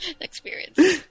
experience